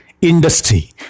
industry